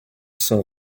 son